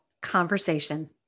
conversation